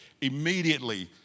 Immediately